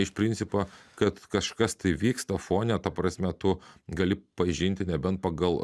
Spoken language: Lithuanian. iš principo kad kažkas tai vyksta fone ta prasme tu gali pažinti nebent pagal